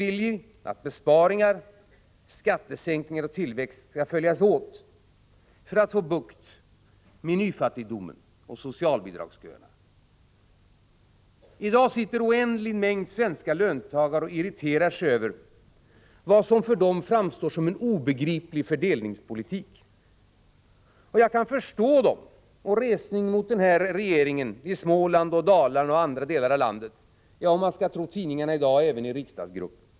Vi vill att besparingar, skattesänkningar och tillväxt skall följas åt för att vi skall kunna få bukt med nyfattigdomen och socialbidragsköerna. I dag sitter en oändlig mängd svenska löntagare och irriterar sig över vad som för dem framstår som en obegriplig fördelningspolitik. Jag kan förstå dem och resningen mot den här regeringen i Småland, Dalarna och andra delar av landet — ja, om man får tro dagens tidningar även i riksdagsgruppen.